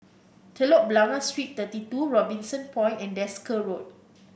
Telok Blangah Street Thirty two Robinson Point and Desker Road